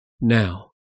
now